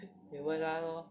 你问他 lor